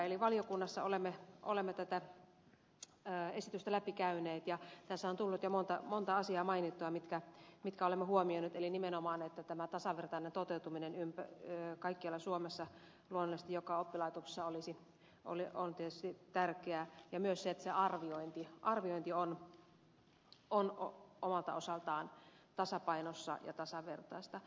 eli valiokunnassa olemme tätä esitystä läpikäyneet ja tässä on tullut jo monta asiaa mainittua mitkä olemme huomioineet eli nimenomaan tämän tasavertaisen toteutumisen kaikkialla suomessa luonnollisesti ja joka oppilaitoksessa on tietysti tärkeää ja myös se että arviointi on omalta osaltaan tasapainossa ja tasavertaista